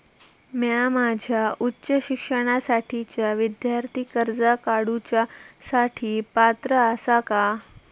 म्या माझ्या उच्च शिक्षणासाठीच्या विद्यार्थी कर्जा काडुच्या साठी पात्र आसा का?